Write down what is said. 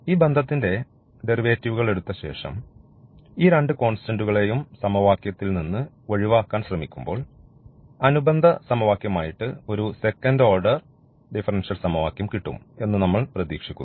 ഈ ബന്ധത്തിന്റെ ഡെറിവേറ്റീവുകൾ എടുത്ത ശേഷം ഈ രണ്ട് കോൺസ്റ്റന്റുകളെയും സമവാക്യങ്ങളിൽ നിന്ന് ഒഴിവാക്കാൻ ശ്രമിക്കുമ്പോൾ അനുബന്ധ സമവാക്യമായിട്ട് ഒരു സെക്കൻഡ് ഓർഡർ ഡിഫറൻഷ്യൽ സമവാക്യം കിട്ടും എന്ന് നമ്മൾ പ്രതീക്ഷിക്കുന്നു